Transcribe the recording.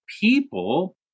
people